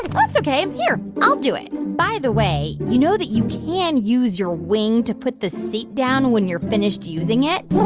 that's ok. here. i'll do it. by the way, you know that you can use your wing to put the seat down when you're finished using it?